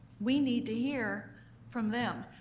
we need to hear from them.